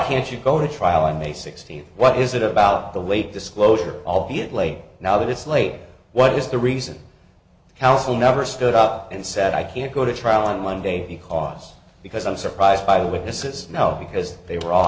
can't you go to trial on may sixteenth what is it about the late disclosure albeit late now that it's late what is the reason the council never stood up and said i can't go to trial on monday because because i'm surprised by the witnesses now because they were all